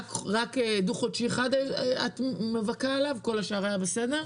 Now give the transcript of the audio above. רק דו-חודשי אחד את מבכה עליו, כל השאר היה בסדר?